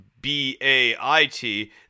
B-A-I-T